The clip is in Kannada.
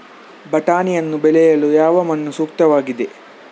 ಬಟಾಣಿಯನ್ನು ಬೆಳೆಯಲು ಯಾವ ಮಣ್ಣು ಸೂಕ್ತವಾಗಿದೆ?